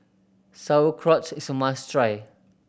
sauerkrauts is a must try